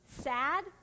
sad